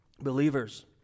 believers